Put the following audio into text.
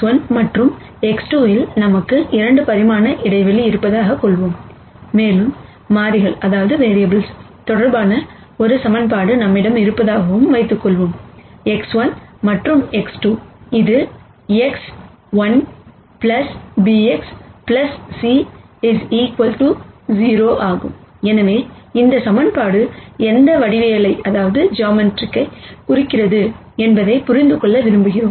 X1 மற்றும் X2 இல் நமக்கு 2 பரிமாண இடைவெளி இருப்பதாகக் கொள்வோம் மேலும் மாறிகள் தொடர்பான ஒரு ஈக்குவேஷன் நம்மிடம் இருப்பதாகவும் வைத்துக் கொள்வோம் X1 மற்றும் X2 இது எக்ஸ் 1 bx c 0 ஆகும் எனவே இந்த ஈக்குவேஷன் எந்த ஜாமெட்ரிக் குறிக்கிறது என்பதைப் புரிந்து கொள்ள விரும்புகிறோம்